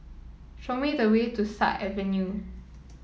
show me the way to Sut Avenue